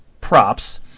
props